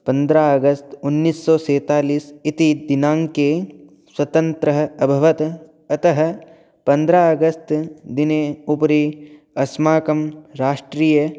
पन्द्रा अगस्त् उन्नीस् सो सैतालिस् इति दिनाङ्के स्वतन्त्रः अभवत् अतः पन्द्रा अगस्त् दिेने उपरि अस्माकं राष्ट्रिय